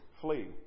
flee